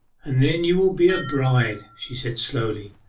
and then you will be a bride she said slowly,